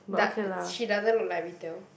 Doe~ she doesn't look like retail